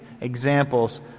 examples